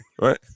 right